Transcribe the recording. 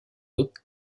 hautes